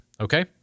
Okay